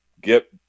get